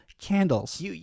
candles